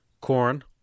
Corn